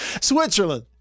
Switzerland